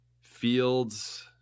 Fields